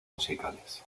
musicales